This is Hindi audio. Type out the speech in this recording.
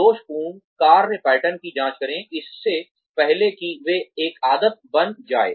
दोष पूर्ण कार्य पैटर्न की जांच करें इससे पहले कि वे एक आदत बन जाएं